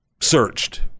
searched